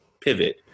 pivot